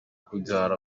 kubyara